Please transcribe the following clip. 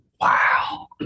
Wow